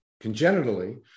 congenitally